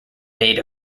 made